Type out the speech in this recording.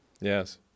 Yes